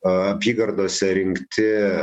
apygardose rinkti